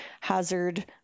hazard